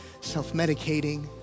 self-medicating